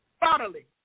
bodily